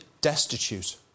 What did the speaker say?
destitute